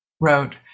wrote